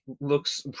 looks